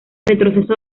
retroceso